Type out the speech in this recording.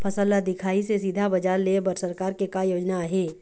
फसल ला दिखाही से सीधा बजार लेय बर सरकार के का योजना आहे?